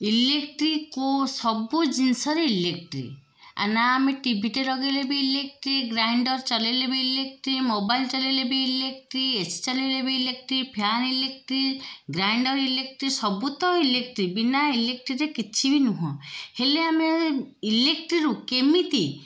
ଇଲକ୍ଟ୍ରିକୁ ସବୁ ଜିନିଷରେ ଇଲେକ୍ଟ୍ରି ନା ଆମେ ଟିଭିଟେ ଲଗେଇଲେ ବି ଇଲେକ୍ଟ୍ରି ଗ୍ରାଇଣ୍ଡର୍ ଚଲେଇଲେ ବି ଇଲେକ୍ଟ୍ରି ମୋବାଇଲ୍ ଚଲେଇଲେ ବି ଇଲେକ୍ଟ୍ରି ଏସି ଚଲେଇଲେ ବି electric fan electric grinder electric ସବୁ ତ ଇଲେକ୍ଟ୍ରି ବିନା ଇଲକ୍ଟ୍ରିରେ କିଛି ବି ନୁହେଁ ହେଲେ ଆମେ ଇଲକ୍ଟ୍ରିରୁ କେମିତି